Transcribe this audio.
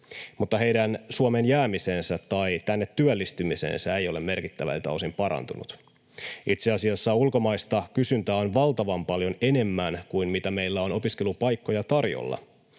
mutta heidän Suomeen jäämisensä tai tänne työllistymisensä eivät ole merkittävältä osin parantuneet. Itse asiassa ulkomaista kysyntää on valtavan paljon enemmän kuin mitä meillä on opiskelupaikkoja tarjolla.